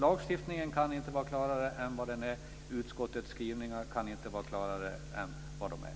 Lagstiftningen kan inte vara klarare än vad den är, och utskottets skrivningar kan inte vara klarare än vad de är.